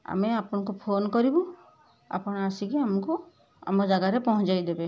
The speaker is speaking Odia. ଆମେ ଆପଣଙ୍କୁ ଫୋନ୍ କରିବୁ ଆପଣ ଆସିକି ଆମକୁ ଆମ ଜାଗାରେ ପହଞ୍ଚାଇଦେବେ